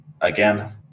Again